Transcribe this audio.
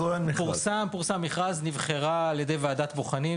פורסם מכרז ונבחרה מועמדת על ידי ועדת בוחנים,